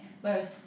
Whereas